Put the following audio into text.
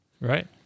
right